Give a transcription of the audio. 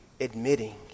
admitting